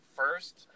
first